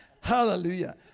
Hallelujah